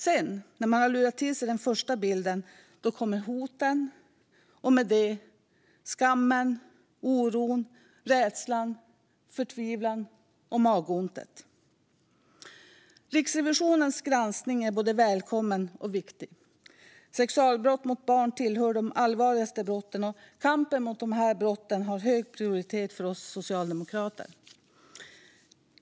När de sedan har lurat till sig den första bilden kommer hoten och med dem skammen, oron, rädslan, förtvivlan och magontet. Riksrevisionens granskning är både välkommen och viktig. Sexualbrott mot barn tillhör de allvarligaste brotten, och kampen mot dessa brott har hög prioritet för oss socialdemokrater.